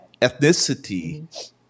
ethnicity